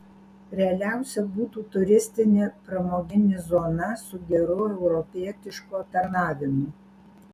realiausia būtų turistinė pramoginė zona su geru europietišku aptarnavimu